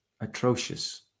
atrocious